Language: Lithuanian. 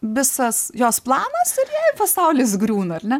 visas jos planas ir jai pasaulis griūna ar ne